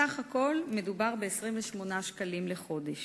סך הכול, מדובר ב-28 שקלים לחודש.